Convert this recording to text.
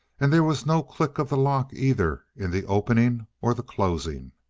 and there was no click of the lock either in the opening or the closing.